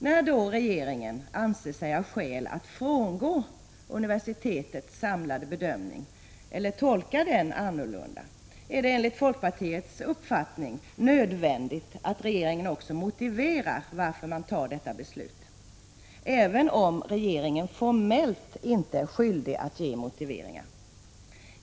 När då regeringen anser sig ha skäl att frångå universitetets samlade bedömning eller tolka den annorlunda, är det enligt folkpartiets uppfattning nödvändigt att regeringen motiverar sitt beslut, även om regeringen formellt inte är skyldig att ge motiveringar.